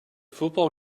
football